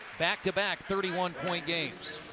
back to back thirty one point games.